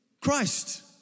Christ